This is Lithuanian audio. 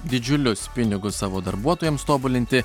didžiulius pinigus savo darbuotojams tobulinti